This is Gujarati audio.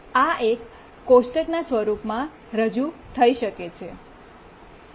આ એક કોષ્ટકના સ્વરૂપમાં રજૂ થઈ શકે છે